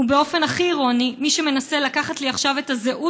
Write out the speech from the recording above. ובאופן הכי אירוני מי שמנסה לקחת לי עכשיו את הזהות